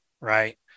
right